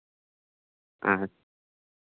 ᱦᱮᱸ